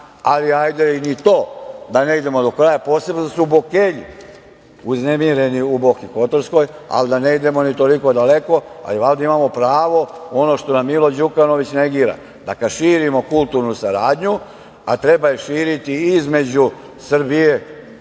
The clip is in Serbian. Ali, hajde i z to da ne idemo do kraja, posebno kada su Bokelji uznemireni u Boki Kotorskoj, ali da ne idemo i toliko daleko, a valjda imamo pravo ono što nam Milo Đukanović negira, da kada širimo kulturu saradnju, a treba je širiti između Srbije